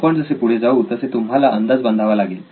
आपण जसे पुढे जाऊ तसे तुम्हाला अंदाज बांधावा लागेल